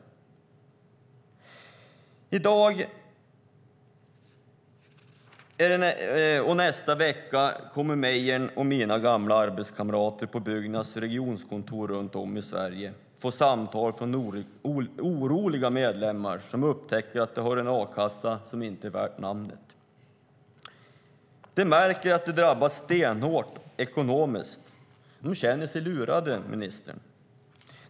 I dag och nästa vecka kommer Mejerns och mina gamla arbetskamrater på Byggnads regionkontor runt om i Sverige att få samtal från oroliga medlemmar som upptäcker att de har en a-kassa som inte är värd namnet. De märker att de drabbas stenhårt ekonomiskt. De känner sig lurade, ministern.